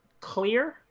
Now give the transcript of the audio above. clear